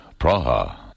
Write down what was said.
Praha